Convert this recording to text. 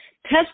Test